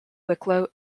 wicklow